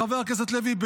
חבר הכנסת לוי,